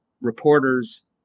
reporters